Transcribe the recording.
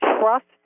trust